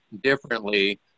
differently